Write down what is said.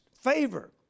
favor